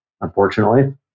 Unfortunately